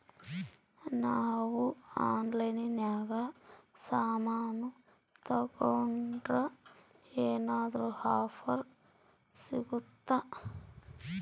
ನಾವು ಆನ್ಲೈನಿನಾಗ ಸಾಮಾನು ತಗಂಡ್ರ ಏನಾದ್ರೂ ಆಫರ್ ಸಿಗುತ್ತಾ?